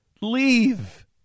Leave